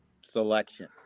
selection